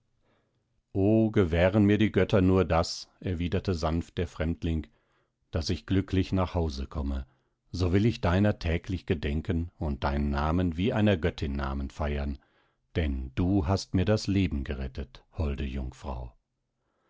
o gewähren mir die götter nur das erwiderte sanft der fremdling daß ich glücklich nach hause komme so will ich deiner täglich gedenken und deinen namen wie einer göttin namen feiern denn du hast mir das leben gerettet holde jungfrau